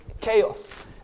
chaos